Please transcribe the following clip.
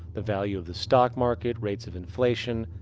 the value of the stock market, rates of inflation,